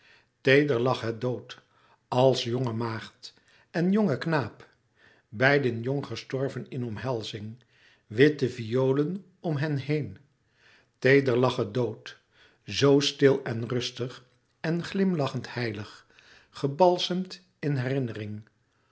teeder lag het dood als jonge maagd en jonge knaap beiden jong gestorven in omhelzing witte violen om hen heen teeder lag het dood zoo stil en rustig en glimlachend heilig gebalsemd in herinnering